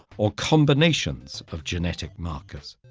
or combinations of genetic markers.